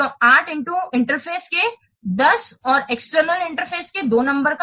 तो 8 X interface के 10 और एक्सटर्नल इंटरफेस के 2 नंबर क